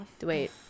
Wait